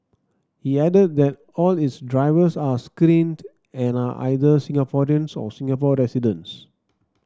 he added that all its drivers are screened and are either Singaporeans or Singapore residents